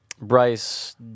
Bryce